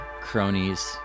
cronies